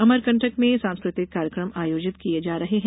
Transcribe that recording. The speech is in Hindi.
अमरकंटक में सांस्कृतिक कार्यक्रम आयोजित किये जा रहे हैं